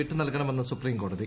വിട്ട് നൽകണമെന്ന് സുപ്രീംകോടതി